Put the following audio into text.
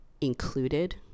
included